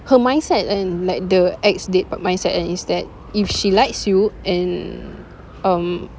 her mindset and like the ex mindset is that if she likes you and um